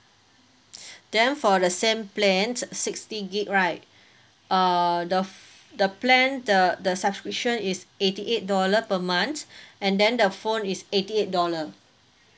then for the same plan sixty gig right err the the plan the the subscription is eighty eight dollar per month and then the phone is eighty eight dollar